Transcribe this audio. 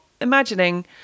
imagining